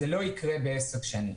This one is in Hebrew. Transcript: זה לא יקרה ב-10 שנים.